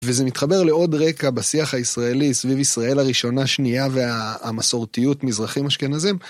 וזה מתחבר לעוד רקע בשיח הישראלי סביב ישראל הראשונה, שנייה והמסורתיות מזרחים אשכנזים.